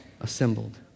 assembled